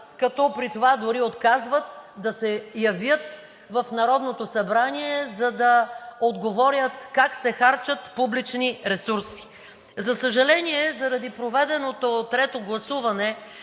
като при това дори отказват да се явят в Народното събрание, за да отговорят как се харчат публични ресурси. За съжаление, заради проведеното трето гласуване